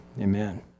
amen